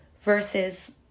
Versus